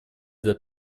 для